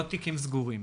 לא תיקים סגורים.